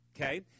okay